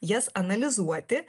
jas analizuoti